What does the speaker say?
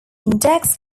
index